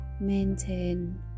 maintain